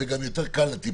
זה גם יותר קל לטיפול,